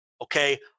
okay